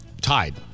tied